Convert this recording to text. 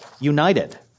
united